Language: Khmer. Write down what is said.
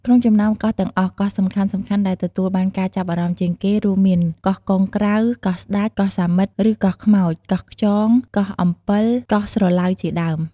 ក្នុងចំណោមកោះទាំងអស់ កោះសំខាន់ៗដែលទទួលបានការចាប់អារម្មណ៍ជាងគេ រួមមាន កោះកុងក្រៅ កោះស្តេច កោះសាមិត្ត ឬ កោះខ្មោច កោះខ្យង កោះអំពិល កោះស្រឡៅជាដើម។